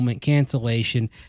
cancellation